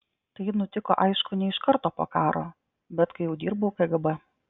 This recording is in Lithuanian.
tai nutiko aišku ne iš karto po karo bet kai jau dirbau kgb